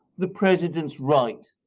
the president's right